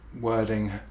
wording